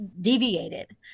deviated